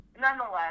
nonetheless